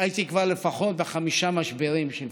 שאולי הייתי לפחות בחמישה משברים של פניציה.